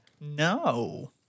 No